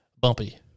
bumpy